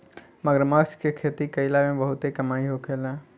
मगरमच्छ के खेती कईला में बहुते कमाई होखेला